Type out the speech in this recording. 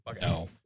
No